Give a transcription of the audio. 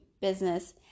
business